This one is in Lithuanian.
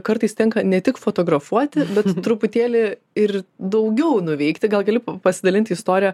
kartais tenka ne tik fotografuoti bet truputėlį ir daugiau nuveikti gal gali pasidalinti istorija